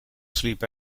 sleep